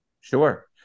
Sure